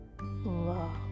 love